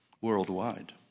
worldwide